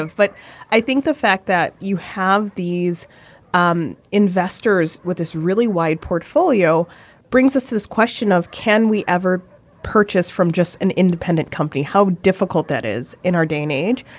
but i think the fact that you have these um investors with this really wide portfolio brings us to this question of can we ever purchase from just an independent company how difficult that is in our day and age.